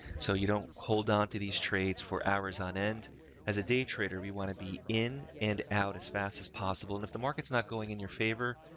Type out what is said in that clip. so you don't hold onto these trades for hours on end as a day trader. we want to be in and out as fast as possible. and if the market's not going in your favor,